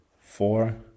four